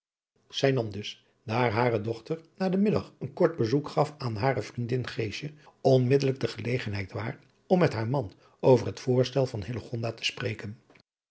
zij nam dus daar hare dochter na den middag een kort bezoek gaf aan hare vriendin geesje onmiddellijk de gelegenheid waar om met haar man over het voorstel van hillegonda te spreken